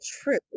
true